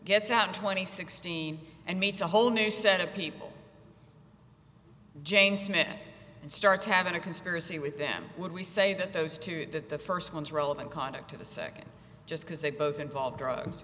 gets out twenty sixteen and meets a whole new set of people jane smith and starts having a conspiracy with them would we say that those two that the first one is relevant conduct a second just because they both involve drugs